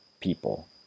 people